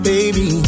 Baby